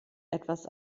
etwas